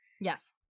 Yes